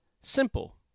simple